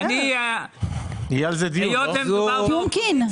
הייתם מאוד מאוד ספקנים,